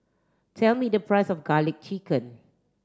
tell me the price of garlic chicken